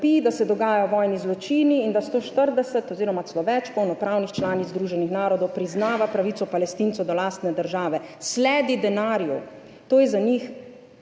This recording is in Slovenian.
da se dogajajo vojni zločini, in da 140 oziroma celo več polnopravnih članic Združenih narodov priznava pravico Palestincev do lastne države. Sledi denarju, to je za njih